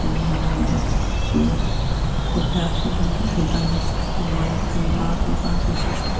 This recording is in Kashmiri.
زَبردَس اکھ چیٖز اور بیاکھ چیٖزچھُ وٕنکٮ۪ن اِنٹَرنیٚٹ سِسٹَم واے فاے باقٕے باقٕے سِسٹَم